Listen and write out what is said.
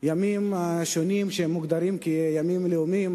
ימים שונים שמוגדרים כימים לאומיים,